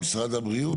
משרד הבריאות?